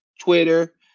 Twitter